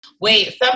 Wait